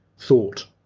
thought